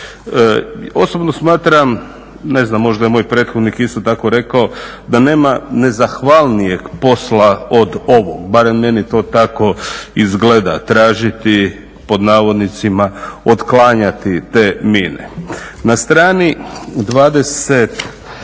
Osobno smatram, ne znam možda je moj prethodnik isto tako rekao da nema nezahvalnijeg posla od ovog, barem meni to tako izgleda, tražiti, pod navodnicima "otklanjati" te mine. Na strani 25.